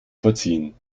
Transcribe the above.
verziehen